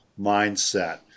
mindset